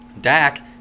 Dak